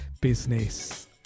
Business